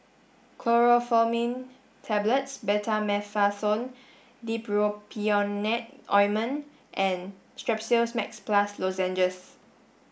Chlorpheniramine Tablets Betamethasone Dipropionate Ointment and Strepsils Max Plus Lozenges